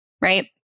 right